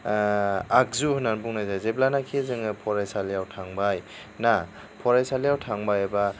आगजु होन्नानै बुंनाय जायो जेब्लानाखि जोङो फरायसालियाव थांबाय ना फरायसालियाव थांबाय एबा